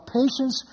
patience